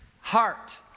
heart